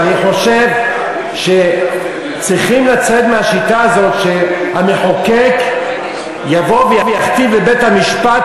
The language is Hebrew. אבל אני חושב שצריכים לצאת מהשיטה הזאת שהמחוקק יבוא ויכתיב לבית-המשפט